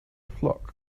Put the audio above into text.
flock